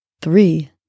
three